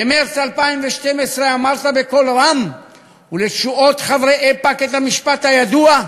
במרס 2012 אמרת בקול רם ולתשואות חברי איפא"ק את המשפט הידוע: